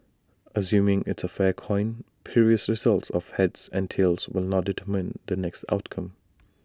assuming it's A fair coin previous results of heads and tails will not determine the next outcome